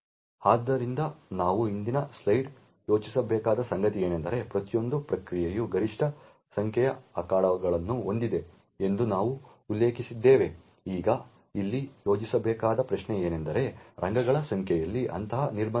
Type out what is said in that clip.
ಆದ್ದರಿಂದ ನಾವು ಹಿಂದಿನ ಸ್ಲೈಡ್ನಲ್ಲಿ ಯೋಚಿಸಬೇಕಾದ ಸಂಗತಿಯೆಂದರೆ ಪ್ರತಿಯೊಂದು ಪ್ರಕ್ರಿಯೆಯು ಗರಿಷ್ಠ ಸಂಖ್ಯೆಯ ಅಖಾಡಗಳನ್ನು ಹೊಂದಿದೆ ಎಂದು ನಾವು ಉಲ್ಲೇಖಿಸಿದ್ದೇವೆ ಈಗ ಇಲ್ಲಿ ಯೋಚಿಸಬೇಕಾದ ಪ್ರಶ್ನೆಯೆಂದರೆ ರಂಗಗಳ ಸಂಖ್ಯೆಯಲ್ಲಿ ಅಂತಹ ನಿರ್ಬಂಧ ಏಕೆ